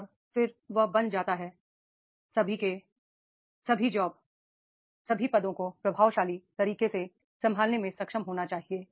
और फिर वह बन जाता है सभी को सभी जॉब्स सभी पदों को प्रभावशाली तरीके से संभालने में सक्षम होना चाहिए